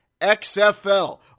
XFL